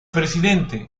presidente